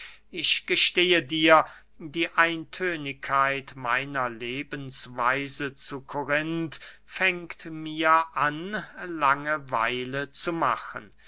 ich gestehe dir die eintönigkeit meiner lebensweise zu korinth fängt mir an lange weile zu machen